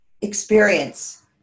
experience